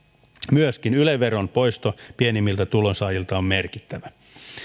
myöskin yle veron poisto pienimmiltä tulonsaajilta on merkittävä